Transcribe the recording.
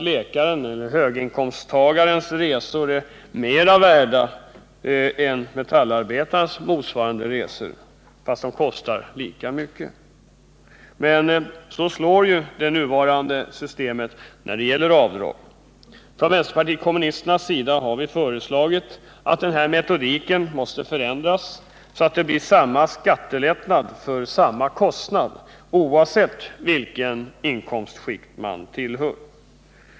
Läkaren/höginkomsttarens resor är väl inte mer värda än metallarbetarens motsvarande resor? Men så slår det nuvarande systemet när det gäller avdrag. Från vpk:s sida har vi föreslagit att denna metodik skall förändras så att det blir samma skattelättnad för samma kostnad oavsett vilket inkomstskikt man tillhör.